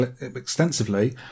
extensively